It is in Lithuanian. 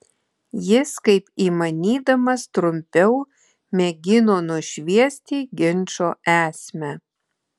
jis kaip įmanydamas trumpiau mėgino nušviesti ginčo esmę